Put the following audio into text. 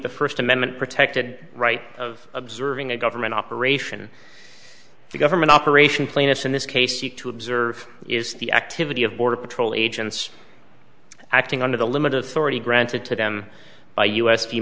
the first amendment protected right of observing a government operation for government operation plaintiff in this case you to observe is the activity of border patrol agents acting under the limit of already granted to them by u